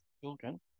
children